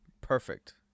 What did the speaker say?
perfect